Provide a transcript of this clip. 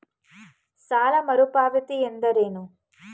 ಸಾಲ ಮರುಪಾವತಿ ಎಂದರೇನು?